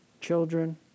children